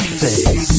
face